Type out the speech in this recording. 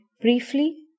Briefly